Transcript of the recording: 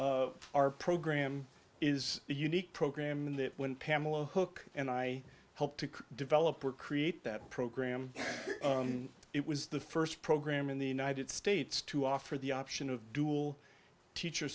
our program is a unique program that pamela hook and i helped to develop or create that program it was the first program in the united states to offer the option of dual teacher